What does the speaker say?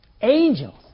Angels